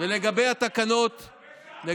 אני